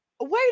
wait